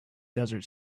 desert